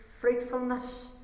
fruitfulness